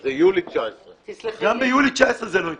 זה יולי 19. גם ביולי 2019, זה לא יקרה.